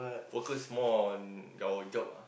focus more on your job ah